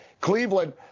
Cleveland